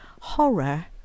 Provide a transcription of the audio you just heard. horror